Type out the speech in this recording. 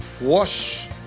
Wash